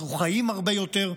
אנחנו חיים הרבה יותר,